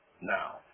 now